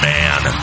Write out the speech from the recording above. Man